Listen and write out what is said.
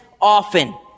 often